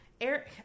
Eric